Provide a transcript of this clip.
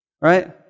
Right